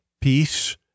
peace